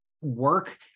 work